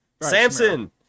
Samson